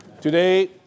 Today